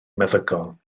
meddygol